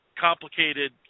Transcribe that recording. complicated